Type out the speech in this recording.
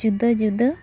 ᱡᱩᱫᱟᱹ ᱡᱩᱫᱟᱹ